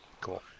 Cool